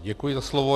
Děkuji za slovo.